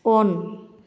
on